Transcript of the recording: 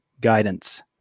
guidance